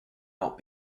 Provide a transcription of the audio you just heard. not